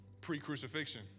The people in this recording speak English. pre-crucifixion